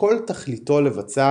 שכל תכליתו לבצע